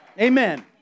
Amen